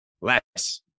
less